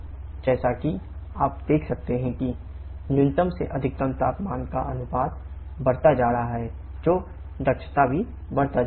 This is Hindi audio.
जैसा कि आप देख सकते हैं कि न्यूनतम से अधिकतम तापमान का अनुपात बढ़ता जा रहा है जो दक्षता भी बढ़ाता है